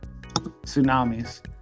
tsunamis